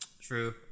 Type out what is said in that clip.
True